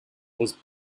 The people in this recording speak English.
was